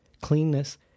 Cleanness